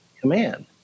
command